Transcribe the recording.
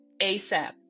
ASAP